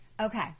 Okay